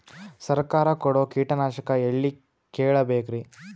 ಸರಕಾರ ಕೊಡೋ ಕೀಟನಾಶಕ ಎಳ್ಳಿ ಕೇಳ ಬೇಕರಿ?